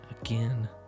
again